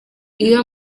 iyo